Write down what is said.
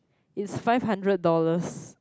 it's five hundred dollars